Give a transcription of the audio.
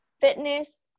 fitness